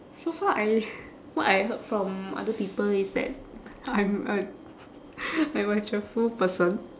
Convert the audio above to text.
so far I what I heard from other people is that I'm a I'm a cheerful person